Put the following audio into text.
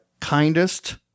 kindest